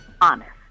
honest